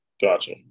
Gotcha